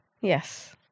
yes